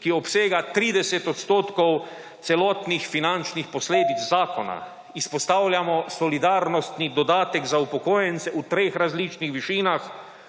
ki obsega 30 % celotnih finančnih posledic zakona. Izpostavljamo solidarnostni dodatek za upokojence v treh različnih višinah